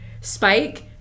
Spike